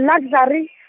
luxury